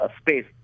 space